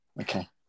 okay